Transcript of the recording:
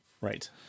Right